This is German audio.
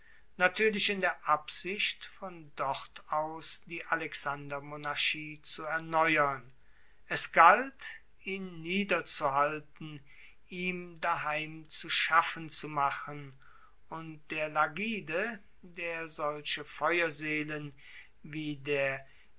natuerlich in der absicht von dort aus die alexandermonarchie zu erneuern es galt ihn niederzuhalten ihm daheim zu schaffen zu machen und der lagide der solche feuerseelen wie der